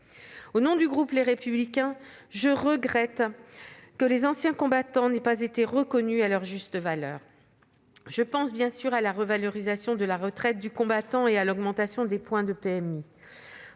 Au nom du groupe Les Républicains, je regrette que les anciens combattants n'aient pas été reconnus à leur juste valeur. Je pense bien sûr à la revalorisation de la retraite du combattant et à l'augmentation du point de la